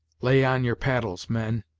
lay on your paddles, men,